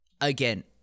again